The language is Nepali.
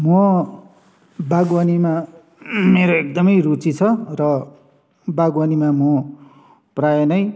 म वागवानीमा मेरो एकदमै रुचि छ र वागवानीमा म प्रायः नै